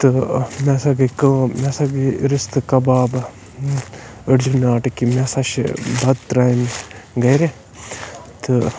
تہٕ مےٚ ہَسا گٔے کٲم مےٚ ہَسا گٔے رِستہٕ کَبابہٕ أڈجہِ ناٹہٕ کہِ مےٚ ہَسا چھِ بَتہٕ ترٛامہِ گَرِ تہٕ